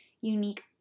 unique